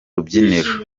rubyiniro